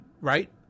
right